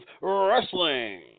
Wrestling